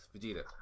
Vegeta